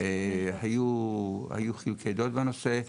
היו חילוקי דעות בנושא.